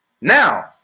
now